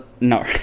no